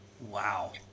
Wow